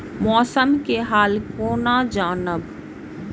मौसम के हाल केना जानब?